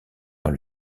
dans